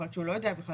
נכון.